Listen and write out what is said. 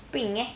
spring eh